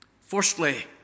Firstly